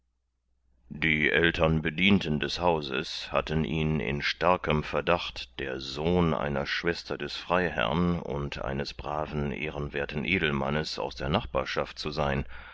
die ältern bedienten des hauses hatten ihn in starkem verdacht der sohn einer schwester des freiherrn und eines braven ehrenwerthen edelmannes aus der nachbarschaft zu sein